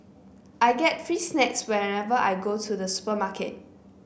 I get free snacks whenever I go to the supermarket